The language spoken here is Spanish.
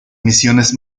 misiones